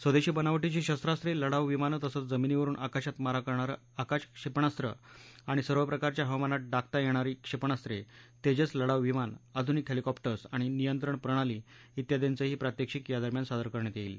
स्वदेशी बनावटीची शस्त्रास्ले लढाऊ विमानं तसंच जमीनीवरून आकाशात मारा करणारं आकाश क्षेपणास्त्र आणि सर्वप्रकारच्या हवामानात डागता येणारी क्षेपणास्त्रे तेजस लढाऊ विमान आध्रनिक हॅलीकॉप्टर्स आणि नियंत्रण प्रणाली इत्यादींचंही प्रात्यक्षित यादरम्यान सादर करण्यात येईल